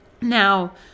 Now